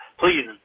please